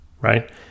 right